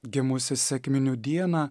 gimusi sekminių dieną